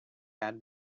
had